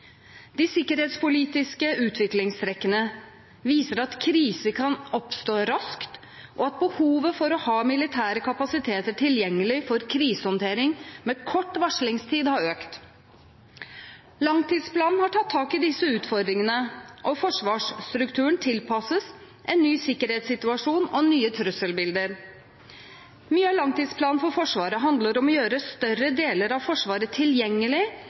De sikkerhetspolitiske utviklingstrekkene viser at kriser kan oppstå raskt, og at behovet for å ha militære kapasiteter tilgjengelig for krisehåndtering med kort varslingstid har økt. Langtidsplanen har tatt tak i disse utfordringene, og forsvarsstrukturen tilpasses en ny sikkerhetssituasjon og nye trusselbilder. Mye av langtidsplanen for Forsvaret handler om å gjøre større deler av Forsvaret